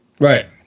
right